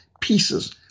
pieces